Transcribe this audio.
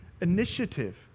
initiative